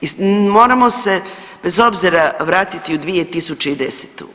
I moramo se bez obzira vratiti u 2010.